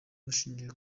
bushingiye